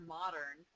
modern